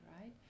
right